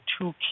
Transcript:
two